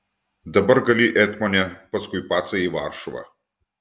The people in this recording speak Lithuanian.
dabar gali etmone paskui pacą į varšuvą